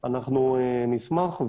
אנחנו נשמח.